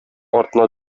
артына